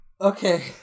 Okay